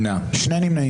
הצבעה לא אושרה נפל.